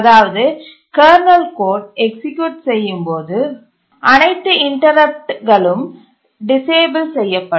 அதாவது kernel code execute செய்யும்போது அனைத்து இன்டரப்ட்டடுகளும் டிசேபிள் செய்யப்படும்